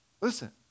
listen